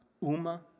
Uma